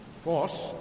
force